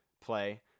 play